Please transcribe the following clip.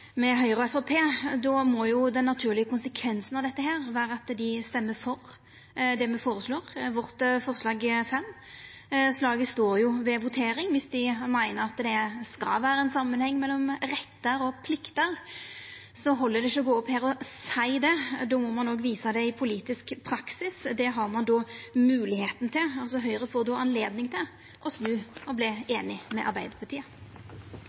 med Høgre og Framstegspartiet, då må den naturlege konsekvensen av dette vera at dei stemmer for det me føreslår i forslag nr. 5. Slaget står jo ved voteringa. Om dei meiner at det skal vera ein samanheng mellom rettar og plikter, held det ikkje å gå opp hit og seia det, då må ein òg visa det i politisk praksis. Det har ein moglegheita til. Høgre får då anledning til å snu og verta einig med Arbeidarpartiet.